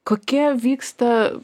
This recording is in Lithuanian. kokie vyksta